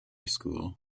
school